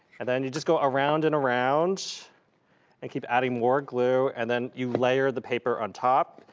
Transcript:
and then you just go around and around and keep adding more glue. and then you layer the paper on top.